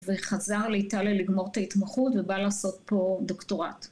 וחזר לאיטליה לגמור את ההתמחות ובא לעשות פה דוקטורט.